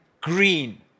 green